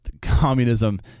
Communism